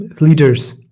leaders